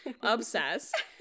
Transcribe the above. obsessed